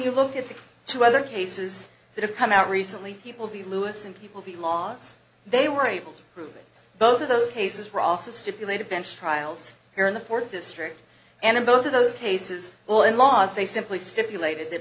you look at the two other cases that have come out recently people be louison people the laws they were able to prove both of those cases rasa stipulated bench trials here in the fourth district and in both of those cases well in laws they simply stipulated that